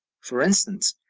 for instance,